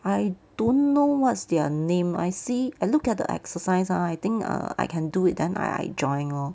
I don't know what's their name I see I look at the exercise ah I think I can do it then err I join lor